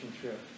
trip